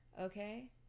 Okay